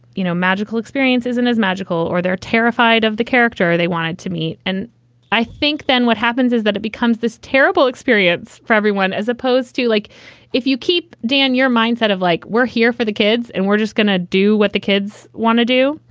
you know, magical experience isn't as magical or they're terrified of the character. they wanted to meet. and i think then what happens is that it becomes this terrible experience for everyone as opposed to like if you keep, dan, your mindset of like we're here for the kids and we're just going to do what the kids want to do,